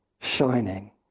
shining